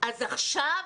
אז עכשיו,